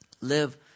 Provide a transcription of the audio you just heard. live